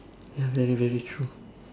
ya very very true